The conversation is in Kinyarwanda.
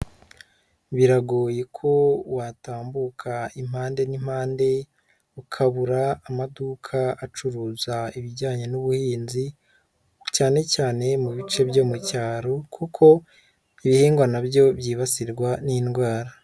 Biragoye ko watambuka impande n'impande, ukabura amaduka acuruza ibijyanye n'ubuhinzi, cyane cyane mu bice byo mu cyaro, kuko ibihingwa nabyo byibasirwa n'indwara.